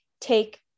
take